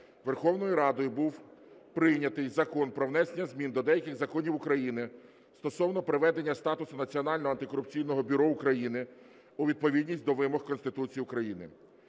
Верховною Радою був прийнятий Закон про внесення змін до деяких законів України стосовно приведення статусу Національного антикорупційного бюро України у відповідність до вимог Конституції України.